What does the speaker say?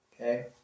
okay